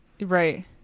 Right